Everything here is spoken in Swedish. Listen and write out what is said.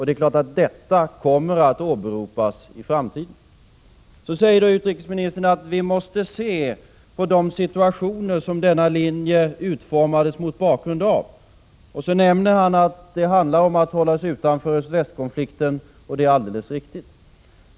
Det är klart att detta kommer att åberopas i framtiden. Utrikesministern säger att vi måste se på de situationer som låg till grund för denna linje. Så nämner han att det gäller att hålla sig utanför öst-väst-konflikten, och det är alldeles riktigt.